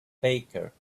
baker